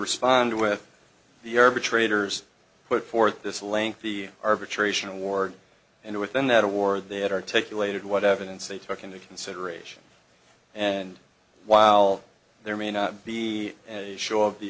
respond with the arbitrators put forth this lengthy arbitration award and within that award they had articulated what evidence they took into consideration and while there may not be as sure of the